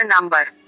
number